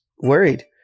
worried